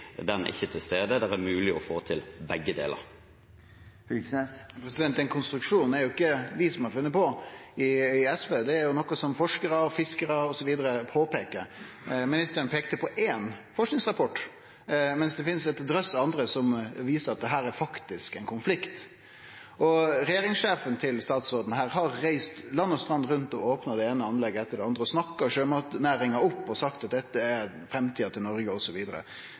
er til stede. Det er mulig å få til begge deler. Den konstruksjonen er det ikkje vi i SV som har funne på. Det er noko som forskarar, fiskarar osv. peiker på. Ministeren peikte på éin forskingsrapport, mens det finst ein drøss av andre som viser at det faktisk er ein konflikt. Regjeringssjefen til statsråden her har reist land og strand rundt og opna det eine anlegget etter det andre, har snakka sjømatnæringa opp og sagt at dette er framtida til Noreg,